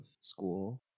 school